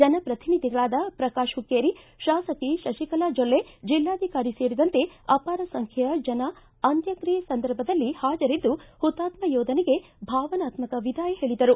ಜನಪ್ರತಿನಿಧಿಗಳಾದ ಪ್ರಕಾಶ್ ಹುಕ್ಕೇರಿ ಶಾಸಕಿ ಶಶಿಕಲಾ ಜೊಲ್ಲೆ ಜಿಲ್ಲಾಧಿಕಾರಿ ಸೇರಿದಂತೆ ಅಪಾರ ಸಂಖ್ಯೆಯ ಜನ ಅಂತ್ಯಕ್ತಿಯೆ ಸಂದರ್ಭದಲ್ಲಿ ಹಾಜರಿದ್ದು ಪುತಾತ್ಮ ಯೋಧನಿಗೆ ಭಾವನಾತ್ಸಕ ವಿದಾಯ ಹೇಳಿದರು